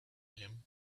him